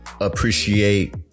Appreciate